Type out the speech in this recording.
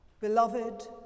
Beloved